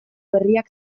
herriak